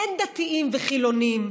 אין דתיים וחילונים,